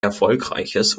erfolgreiches